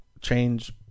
change